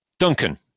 Duncan